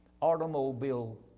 Automobile